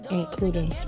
including